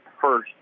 first